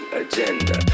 agenda